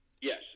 Yes